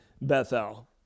Bethel